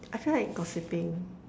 I feel like gossiping